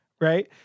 Right